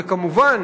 וכמובן,